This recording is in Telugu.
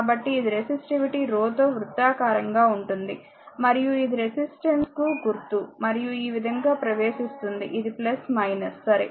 కాబట్టి ఇది రెసిస్టివిటీ తో వృత్తాకారంగా ఉంటుంది మరియు ఇది రెసిస్టెన్స్ కు గుర్తు మరియు ఈ విధంగా ప్రవేశిస్తుంది ఇది సరే